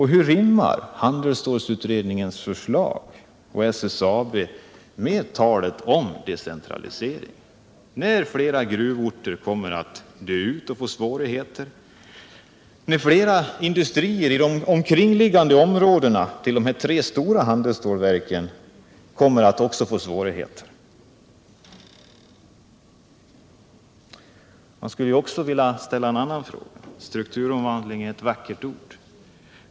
Hur rimmar handelsstålsutredningens förslag och SSAB-avtalet med ert tal om decentralisering, när flera gruvorter kommer att dö ut och få svårigheter, när flera industrier i de omkringliggande områdena till de tre stora handelsstålverken kommer att få svårigheter? Man skulle också vilja ställa en annan fråga. Strukturomvandling är ett vackert ord.